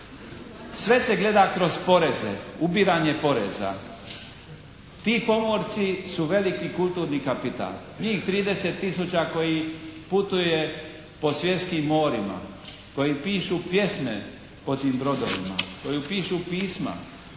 Sve se gleda kroz poreze, ubiranje poreza. Ti pomorci su veliki kulturni kapital. Njih 30 tisuća koji putuje po svjetskim morima, koji pišu pjesme o tim brodovima, koji pišu pisma